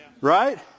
Right